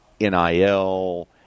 nil